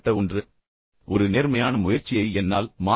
நான் ஒரு நேர்மையான முயற்சியை மேற்கொண்டேன் அதை என்னால் மாற்ற முடிந்தது